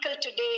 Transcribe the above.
today